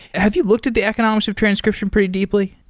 have you looked at the economics of transcription pretty deeply?